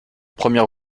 première